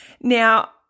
Now